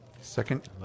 Second